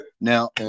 now